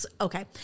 okay